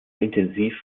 intensiv